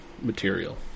material